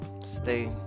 stay